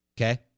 Okay